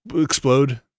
explode